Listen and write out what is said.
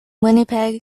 winnipeg